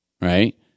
right